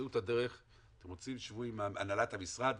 אתם רוצים שתשבו עם הנהלת המשרד,